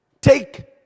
take